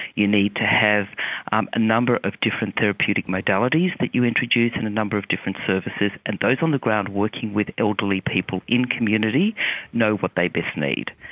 you need to have um a number of different therapeutic modalities that you introduce in a number of different services, and those on the ground working with elderly people in community know what they best need.